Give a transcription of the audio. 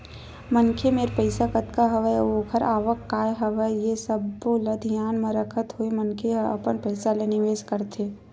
मनखे मेर पइसा कतका हवय अउ ओखर आवक काय हवय ये सब्बो ल धियान म रखत होय मनखे ह अपन पइसा ल निवेस करथे